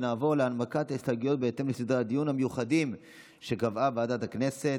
נעבור להנמקת ההסתייגויות בהתאם לסדרי הדיון המיוחדים שקבעה ועדת הכנסת.